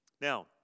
Now